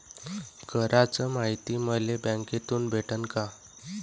कराच मायती मले बँकेतून भेटन का?